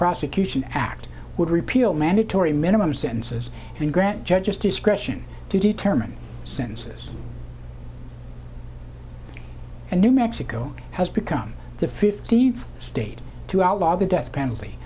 prosecution act would repeal mandatory minimum sentences and grant judge's discretion to determine sentences a new mexico has become the fifteenth state to outlaw the death penalty